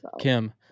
Kim